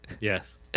Yes